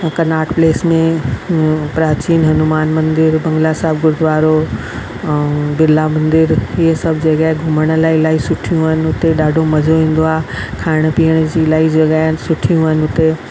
Connaught Place में प्राचीन हनुमान मंदरु बंगला साहिबु गुरुद्वारो ऐं बिरला मंदरु इहे सभु जॻह घुमण लाइ इलाही सुठियूं आहिनि हुते ॾाढो मज़ो ईंदो आहे खाइण पीअण जी इलाही जॻह सुठियूं आहिनि हुते